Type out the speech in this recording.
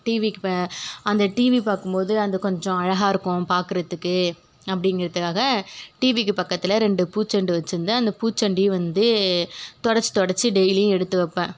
டிவிக்கு பா அந்த டிவி பார்க்கும்போது அது கொஞ்சம் அழகாயிருக்கும் பார்க்குறத்துக்கு அப்படிங்குறதுக்காக டிவிக்கு பக்கத்தில் ரெண்டு பூச்செண்டு வச்சுருந்தேன் அந்த பூச்செண்டயும் வந்து துடச்சி துடச்சி டெய்லியும் எடுத்து வைப்பேன்